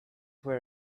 were